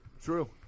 True